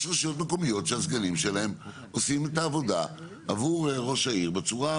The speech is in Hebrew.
יש רשויות מקומיות שהסגנים שלהם עושים את העבודה עבור ראש העיר בצורה,